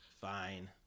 Fine